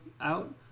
out